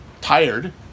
tired